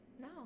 No